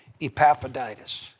Epaphroditus